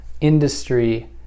industry